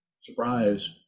Surprise